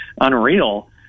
unreal